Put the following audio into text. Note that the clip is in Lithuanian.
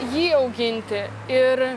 jį auginti ir